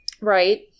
Right